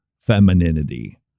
femininity